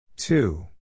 Two